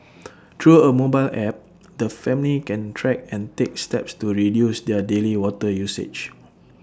through A mobile app the family can track and take steps to reduce their daily water usage